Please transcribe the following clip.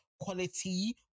quality